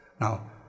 Now